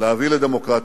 להביא לדמוקרטיה.